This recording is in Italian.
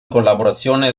collaborazione